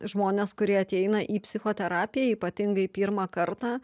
žmonės kurie ateina į psichoterapiją ypatingai pirmą kartą